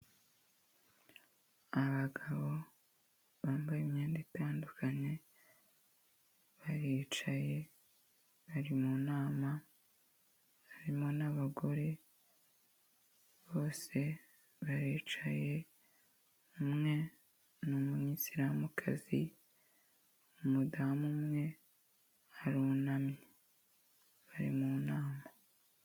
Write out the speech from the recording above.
Abagabo bambaye imyenda itandukanye baricaye bari mu nama harimo n'abagore bose baricaye umwe ni umwisiramukazi, umudamu umwe arunamye bari mu nama.